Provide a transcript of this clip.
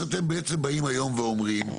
שאתם בעצם באים היום ואומרים,